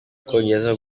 bwongereza